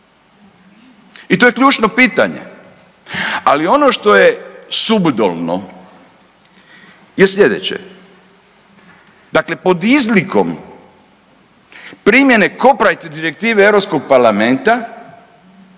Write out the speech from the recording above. I to je ključno pitanje. Ali ono što je …/Govornik se ne razumije./… je slijedeće. Dakle, pod izlikom primjene copyright direktive Europskog parlamenta,